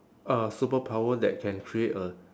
a superpower that can create a